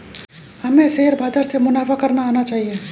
हमें शेयर बाजार से मुनाफा करना आना चाहिए